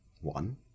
one